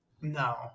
No